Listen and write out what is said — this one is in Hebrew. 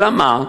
אלא מה,